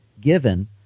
given